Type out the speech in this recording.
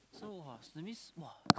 so !wah! so that means !wah!